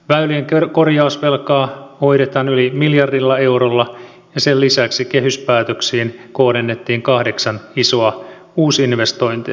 väylien korjausvelkaa hoidetaan yli miljardilla eurolla ja sen lisäksi kehyspäätöksiin kohdennettiin kahdeksan isoa uusinvestointia